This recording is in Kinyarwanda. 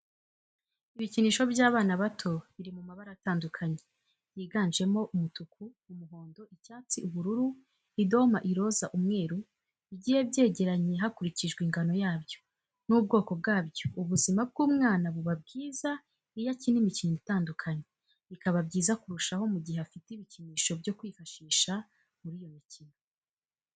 Ibikinisho by'abana bato biri mu mabara atandukanye yiganjemo umutuku, umuhondo, icyatsi, ubururu, idoma, iroza, umweru, bigiye byegeranye hakurikijwe ingano yabyo n'ubwoko bwabyo ubuzima bw'umwana buba bwiza iyo akina imikino itandukanye, bikaba byiza kurushaho mu gihe afite ibikinisho byo kwifashisha muri iyo mikino.